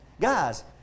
Guys